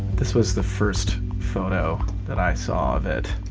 this was the first photo that i saw of it